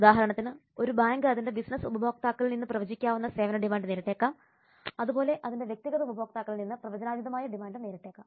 ഉദാഹരണത്തിന് ഒരു ബാങ്ക് അതിന്റെ ബിസിനസ്സ് ഉപഭോക്താക്കളിൽ നിന്ന് പ്രവചിക്കാവുന്ന സേവന ഡിമാൻഡ് നേരിട്ടേക്കാം അതുപോലെ അതിന്റെ വ്യക്തിഗത ഉപഭോക്താക്കളിൽ നിന്ന് പ്രവചനാതീതമായ ഡിമാൻഡും നേരിട്ടേക്കാം